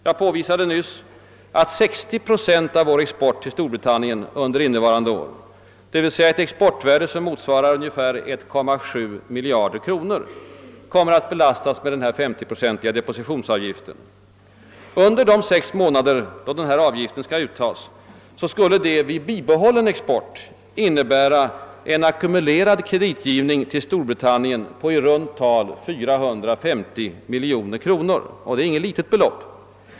Jag påvisade nyss, att 60 procent av vår export till Storbritannien under innevarande år, d.v.s. ett exportvärde motsvarande 1,7 miljard kronor, kommer att belastas med den 50-procentiga depositionsavgiften. Under de sex månader då depositionsavgiften skall uttas skulle detta vid en oförändrad export innebära en ackumulerad kreditgivning till Storbritannien på i runt tal 450 miljoner kronor. Det är inget litet belopp.